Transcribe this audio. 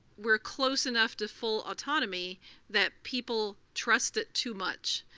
we're close enough to full autonomy that people trust it too much.